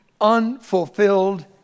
unfulfilled